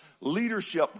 Leadership